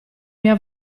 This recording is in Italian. mia